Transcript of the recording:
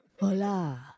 Hola